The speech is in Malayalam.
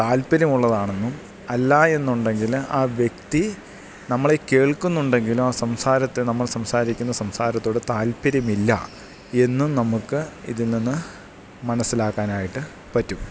താല്പര്യമുള്ളതാണെന്നും അല്ലാ എന്നൊണ്ടെങ്കില് ആ വ്യക്തി നമ്മളെ കേൾക്കുന്നുണ്ടെങ്കി ആ സംസാരത്തെ നമ്മൾ സംസാരിക്കുന്ന സംസാരത്തോടു താൽപര്യമില്ല എന്നും നമുക്ക് ഇതിൽനിന്ന് മനസ്സിലാക്കാനായിട്ടു പറ്റും